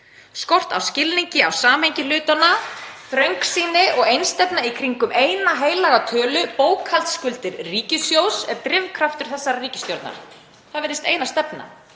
skort á skilningi á samhengi hlutanna. Þröngsýni og einstefna í kringum eina heilaga tölu, bókhaldsskuldir ríkissjóðs, er drifkraftur þessarar ríkisstjórnar. Það virðist eina stefnan.